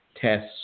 tests